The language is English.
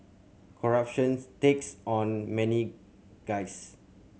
corruptions takes on many guises